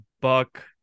buck